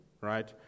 right